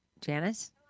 Janice